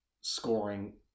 scoring